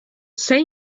say